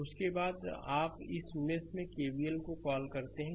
slide समय देखें 1204 उसके बाद आप इस मेश में केवीएल को कॉल करते हैं